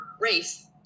race